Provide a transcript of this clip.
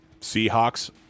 Seahawks